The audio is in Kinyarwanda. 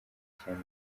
cyane